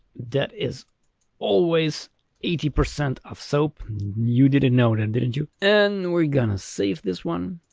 that is always eighty percent of soap you didn't know that, didn't you? and we're gonna save this one.